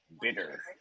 bitter